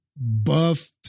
buffed